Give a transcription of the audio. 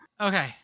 Okay